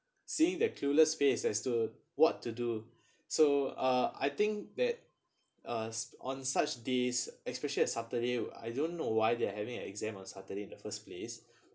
seeing the clueless face as to what to do so uh I think that uh on such days especially on saturday I don't know why they are having an exam on saturday in the first place